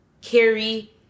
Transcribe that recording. carrie